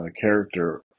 character